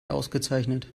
ausgezeichnet